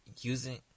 Using